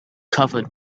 covered